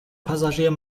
passagier